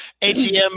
ATM